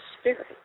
Spirit